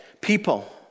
people